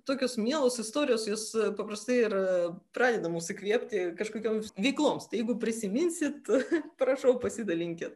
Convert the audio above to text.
tokios mielos istorijos jos paprastai ir praeida mus įkvėpti kažkokiom veikloms tai jeigu prisiminsit prašau pasidalinkit